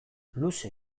luze